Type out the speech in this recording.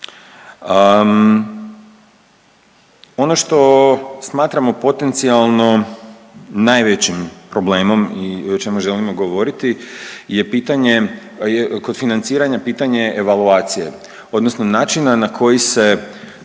Ono što smatramo potencijalno najvećim problemom i o čemu želimo govoriti je pitanje kod financiranja, pitanje evaluacije, odnosno načina na koji se